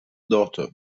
daughter